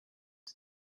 die